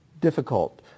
difficult